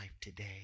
today